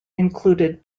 included